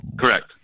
Correct